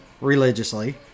religiously